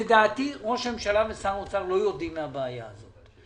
לדעתי ראש הממשלה ושר האוצר לא יודעים על הבעיה הזאת.